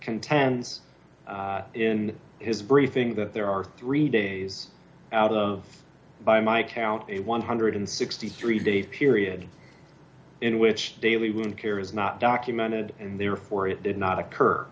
contends in his briefing that there are three days out of by my count a one hundred and sixty three day period in which daily wound care is not documented and therefore it did not occur